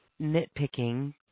nitpicking